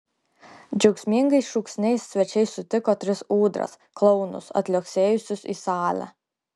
džiaugsmingais šūksniais svečiai sutiko tris ūdras klounus atliuoksėjusius į salę